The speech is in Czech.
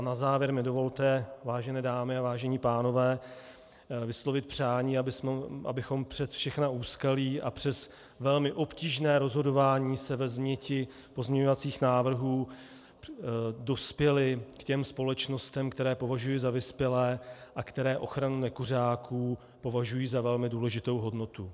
Na závěr mi dovolte, vážené dámy a vážení pánové, vyslovit přání, abychom přes všechna úskalí a přes velmi obtížné rozhodování se ve změti pozměňovacích návrhů dospěli k těm společnostem, které považuji za vyspělé a které ochranu nekuřáků považují za velmi důležitou hodnotu.